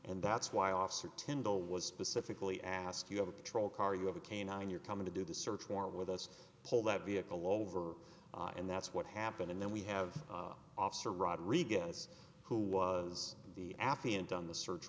and that's why officer tendo was specifically asked you have a patrol car you have a canine you're coming to do the search warrant with us pull that vehicle over and that's what happened and then we have officer rodriguez who was the affiant on the search